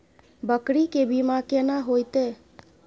बकरी के बीमा केना होइते?